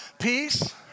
Peace